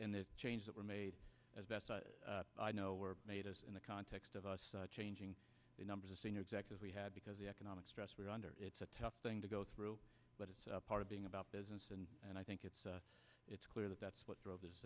and the change that were made as best i know were made us in the context of us changing the numbers of senior executives we had because the economic stress we are under it's a tough thing to go through but it's part of being about business and and i think it's it's clear that that's what drove